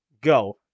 Go